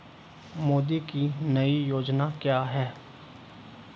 मोदी की नई योजना क्या है?